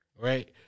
right